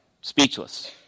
speechless